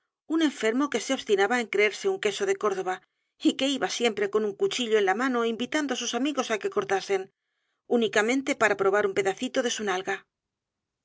un enfermo que se obstinaba en creerse un queso de córdoba y que iba siempre con un cuchillo en la mano invitando á sus amigos á que cortasen únicamente para probar un pedacito de su nalga